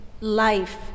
life